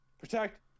Protect